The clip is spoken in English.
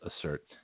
assert